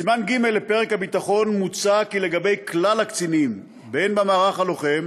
בסימן ג' לפרק הביטחון מוצע כי לגבי כלל הקצינים במערך הלוחם